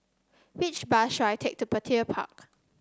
which bus should I take to Petir Park